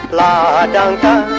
da da da